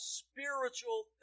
spiritual